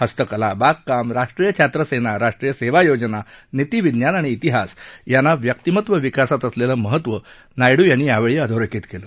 हस्तकला बागकाम राष्ट्रीय छात्र सेना राष्ट्रीय सेवा योजना नीतीविज्ञान आणि श्तिहास यांना व्यक्तीमत्व विकासात असलेलं महत्व नायडू यांनी अधोरेखित केलं